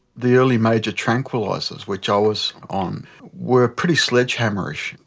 the early major tranquillisers which i was on were pretty sledgehammerish,